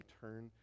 turn